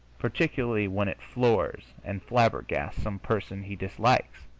particularly when it floors and flabbergasts some person he dislikes,